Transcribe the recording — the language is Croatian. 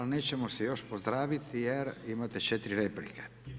Ali nećemo se još pozdraviti jer imate četiri replike.